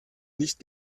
nicht